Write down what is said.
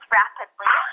rapidly